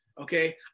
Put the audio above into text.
Okay